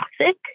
toxic